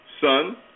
son